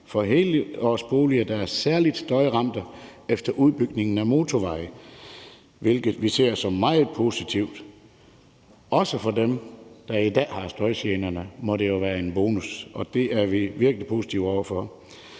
for helårsboliger, der er særlig støjramte efter udbygning af motorveje, hvilket vi ser som meget positivt. Også for dem, der i dag har støjgenerne, må det jo være en bonus, og det er vi virkelig positive over for.